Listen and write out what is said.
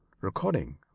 Recording